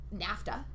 NAFTA